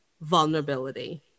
vulnerability